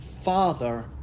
father